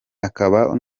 akaba